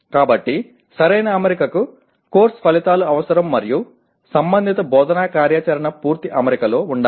కాబట్టి సరైన అమరికకు కోర్సు ఫలితాలు అవసరం మరియు సంబంధిత బోధనా కార్యాచరణ పూర్తి అమరికలో ఉండాలి